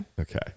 okay